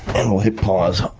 um i'll hit pause,